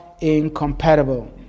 incompatible